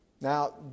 Now